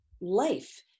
Life